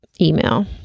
email